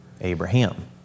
Abraham